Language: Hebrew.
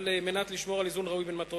על מנת לשמור על איזון ראוי בין מטרות